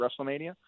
Wrestlemania